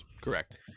Correct